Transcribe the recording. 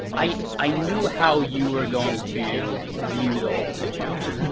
i i knew how you were going to view the whole situation